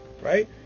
right